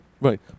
right